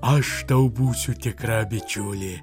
aš tau būsiu tikra bičiulė